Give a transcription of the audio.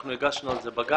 אנחנו הגשנו על זה בג"צ.